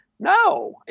No